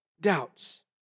Doubts